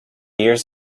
years